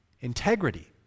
integrity